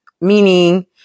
Meaning